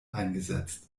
eingesetzt